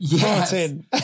Martin